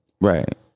Right